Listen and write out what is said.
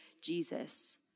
Jesus